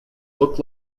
look